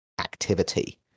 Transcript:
activity